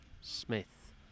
Smith